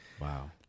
wow